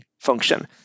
function